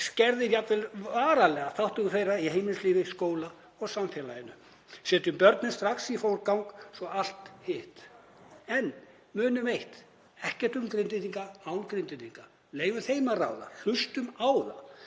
skerðir jafnvel varanlega þátttöku þeirra í heimilislífi, skóla og samfélaginu. Setjum börnin strax í forgang, svo allt hitt. En munum eitt: Ekkert um Grindvíkinga án Grindvíkinga. Leyfum þeim að ráða. Hlustum á þá.